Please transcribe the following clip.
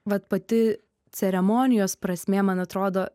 vat pati ceremonijos prasmė man atrodo